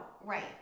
Right